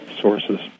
sources